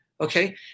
okay